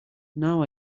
now